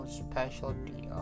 specialty